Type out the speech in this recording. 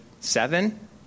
seven